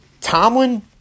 Tomlin